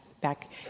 back